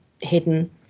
hidden